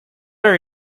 are